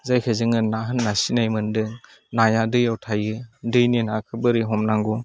जायखौ जोङो ना होन्ना सिनायमोनदों नाया दैयाव थायो दैनि नाखौ बोरै हमनांगौ